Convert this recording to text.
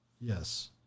yes